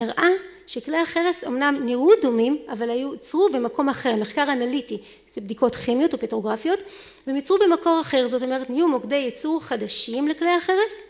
נראה שכלי החרס אמנם נראו דומים, אבל יוצרו במקום אחר, מחקר אנליטי זה בדיקות כימיות או פטרוגרפיות, הם יוצרו במקור אחר. זאת אומרת, נהיו מוקדי ייצור חדשים לכלי החרס